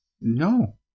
no